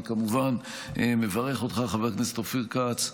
אני כמובן מברך אותך, חבר הכנסת אופיר כץ,